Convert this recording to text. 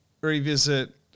Revisit